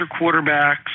quarterbacks